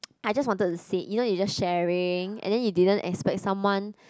I just wanted to say you know you just sharing and then you didn't expect someone